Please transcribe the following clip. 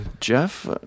jeff